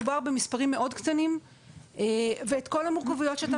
מדובר במספרים מאוד קטנים ואת כול המוגבלויות שאתה